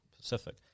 Pacific